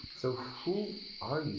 so who are